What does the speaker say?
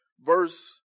verse